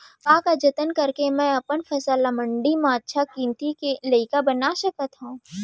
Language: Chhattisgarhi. का का जतन करके मैं अपन फसल ला मण्डी मा अच्छा किम्मत के लाइक बना सकत हव?